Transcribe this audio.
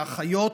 לאחיות,